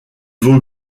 veau